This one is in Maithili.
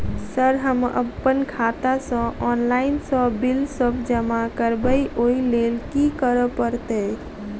सर हम अप्पन खाता सऽ ऑनलाइन सऽ बिल सब जमा करबैई ओई लैल की करऽ परतै?